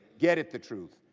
get at the truth.